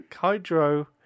Hydro